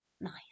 Nice